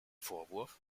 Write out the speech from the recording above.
vorwurf